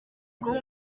ubwonko